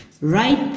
Right